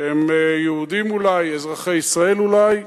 שהם יהודים אולי, אזרחי ישראל אולי,